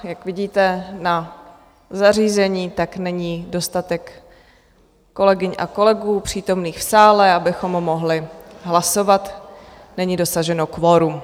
Jak vidíte na zařízení, tak není dostatek kolegyň a kolegů přítomných v sále, abychom mohli hlasovat, není dosaženo kvorum.